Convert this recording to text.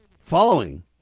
following